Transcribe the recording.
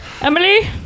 Emily